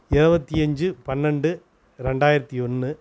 இருபத்தி அஞ்சு பன்னெண்டு ரெண்டாயிரத்தி ஒன்று